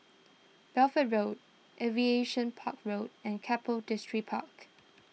Bedford Road Aviation Park Road and Keppel Distripark